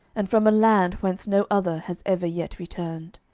and from a land whence no other has ever yet returned.